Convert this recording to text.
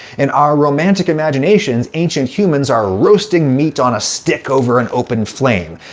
in our romantic imaginations, ancient humans are roasting meat on a stick over an open flame.